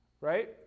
Right